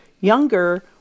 younger